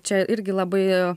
čia irgi labai